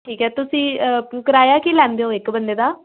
ਠੀਕ ਹੈ ਤੁਸੀਂ ਕਰਾਇਆ ਕੀ ਲੈਂਦੇ ਹੋ ਇੱਕ ਬੰਦੇ ਦਾ